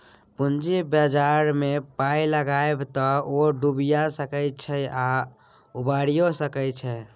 पूंजी बाजारमे पाय लगायब तए ओ डुबियो सकैत छै आ उबारियौ सकैत छै